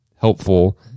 helpful